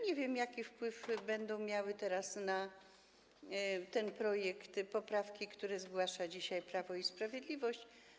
Nie wiem, jaki wpływ będą miały na ten projekt poprawki, które zgłasza dzisiaj Prawo i Sprawiedliwość.